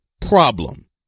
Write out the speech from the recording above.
Problem